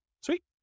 Sweet